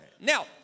Now